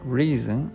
reason